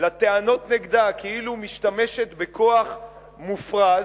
לטענות נגדה כאילו היא משתמשת בכוח מופרז,